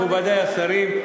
מכובדי השרים,